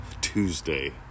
Tuesday